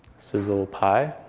sizzle pie.